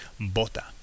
bota